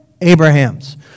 Abraham's